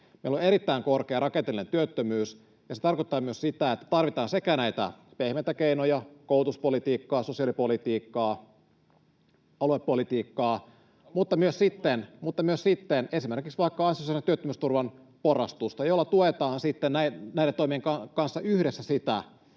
Meillä on erittäin korkea rakenteellinen työttömyys, ja se tarkoittaa myös sitä, että tarvitaan sekä näitä pehmeitä keinoja — koulutuspolitiikkaa, sosiaalipolitiikkaa, aluepolitiikkaa — mutta myös sitten esimerkiksi vaikka ansiosidonnaisen työttömyysturvan porrastusta ja myös työn verotuksen keventämistä,